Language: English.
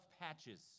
patches